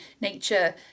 nature